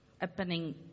happening